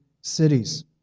cities